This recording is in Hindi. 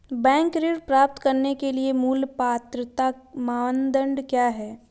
बैंक ऋण प्राप्त करने के लिए मूल पात्रता मानदंड क्या हैं?